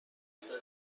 زاده